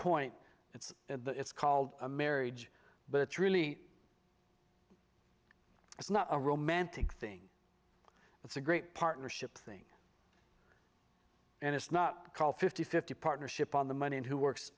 point it's at the it's called a marriage but it's really it's not a romantic thing it's a great partnership thing and it's not called fifty fifty partnership on the money and who works